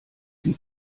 die